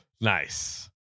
Nice